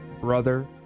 brother